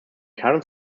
karen